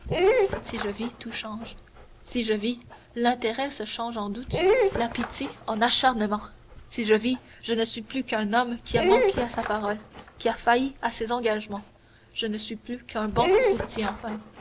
si je vis tout change si je vis l'intérêt se change en doute la pitié en acharnement si je vis je ne suis plus qu'un homme qui a manqué à sa parole qui a failli à ses engagements je ne suis plus qu'un banqueroutier enfin